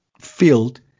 field